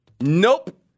Nope